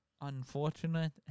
unfortunate